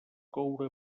coure